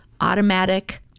automatic